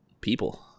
People